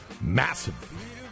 massive